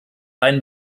einen